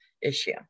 issue